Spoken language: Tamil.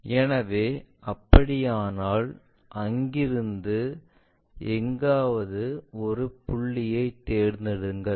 எனவே அப்படியானால் அங்கிருந்து எங்காவது ஒரு புள்ளியைத் தேர்ந்தெடுங்கள்